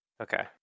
Okay